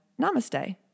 namaste